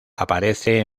aparece